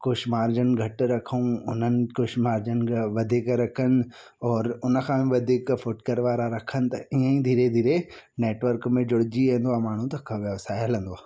कुझु मार्जन घटि रखूं उन्हनि कुझु मार्जन वधीक रखनि और उन खां वधीक फुटकर वारा रखनि त ईअं ई धीरे धीरे नेटवर्क में जुड़ि जी वेंदो आहे माण्हू त व्यवसाय हलंदो आहे